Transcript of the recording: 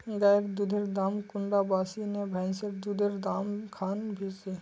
गायेर दुधेर दाम कुंडा बासी ने भैंसेर दुधेर र दाम खान बासी?